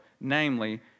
namely